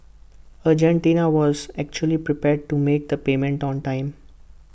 Argentina was actually prepared to make the payment on time